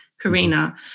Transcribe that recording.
Karina